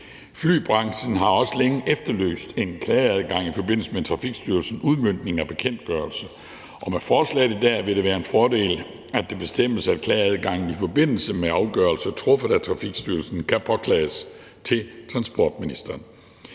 Flybranchen har også længe efterlyst en klageadgang i forbindelse med Trafikstyrelsens udmøntning af bekendtgørelsen, og med forslaget i dag vil det være en fordel, at det bestemmes, at klageadgangen i forbindelse med afgørelser truffet af Trafikstyrelsen kan påklages til transportministeren.